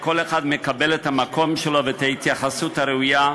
כשכל אחד מקבל את המקום שלו ואת ההתייחסות הראויה,